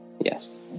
Yes